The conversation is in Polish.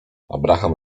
abraham